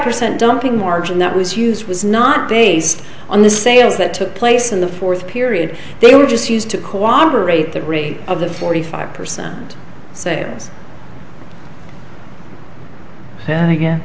percent dumping margin that was used was not based on the sales that took place in the fourth period they were just used to cooperate that rate of the forty five percent sales and again